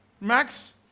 Max